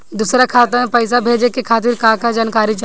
दूसर खाता में पईसा भेजे के खातिर का का जानकारी चाहि?